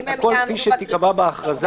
הכול כפי שתיקבע בהכרזה,